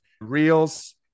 reels